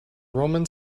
roman